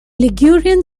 ligurian